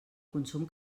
consum